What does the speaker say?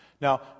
Now